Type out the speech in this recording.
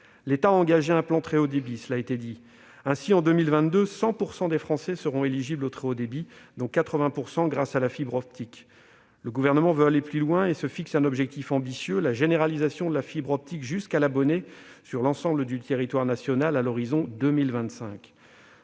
L'État a engagé un plan France Très haut débit. En 2022, 100 % des Français seront éligibles au très haut débit, dont 80 % grâce à la fibre optique. Le Gouvernement veut aller plus loin et se fixe un objectif ambitieux : la généralisation de la fibre optique jusqu'à l'abonné sur l'ensemble du territoire à l'horizon 2025.